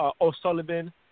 O'Sullivan